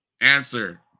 Answer